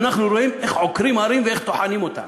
אנחנו רואים איך עוקרים הרים ואיך טוחנים אותם.